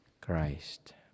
Christ